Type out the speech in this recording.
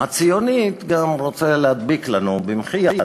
הציונית גם רוצה להדביק לנו במחי יד